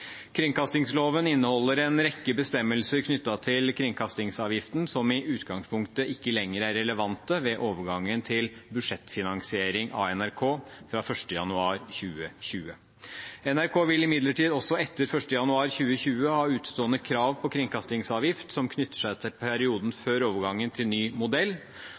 Kringkastingsloven inneholder en rekke bestemmelser knyttet til kringkastingsavgiften, som i utgangspunktet ikke lenger er relevant ved overgang til budsjettfinansiering av NRK fra 1. januar 2020. NRK vil imidlertid også etter 1. januar 2020 ha utestående krav på kringkastingsavgift som knytter seg til perioden før overgangen til ny modell,